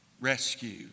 rescue